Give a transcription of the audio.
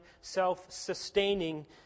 self-sustaining